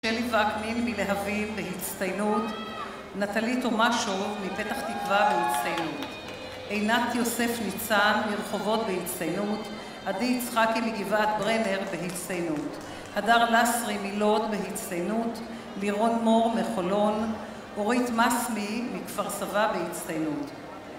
שלי וקנין מלהבים בהצטיינות, נטלי תומשו מפתח תקווה בהצטיינות, עינת יוסף ניצן מרחובות בהצטיינות, עדי יצחקי מגבעת ברנר בהצטיינות, הדר לסרי מילות בהצטיינות, לירון מור מחולון, אורית מסלי מכפר סבא בהצטיינות